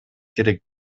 керек